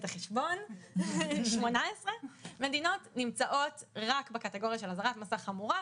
18 מדינות נמצאות רק בקטגוריה של אזהרת מסע חמורה,